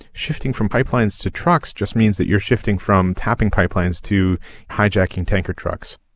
shifting from pipelines to trucks just means that you're shifting from tapping pipelines to hijacking tanker trucks